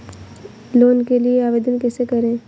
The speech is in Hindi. लोन के लिए आवेदन कैसे करें?